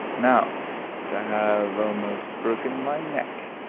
now that i have almost broken my neck,